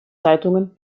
zeitungen